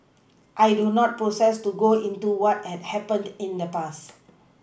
I do not propose to go into what had happened in the past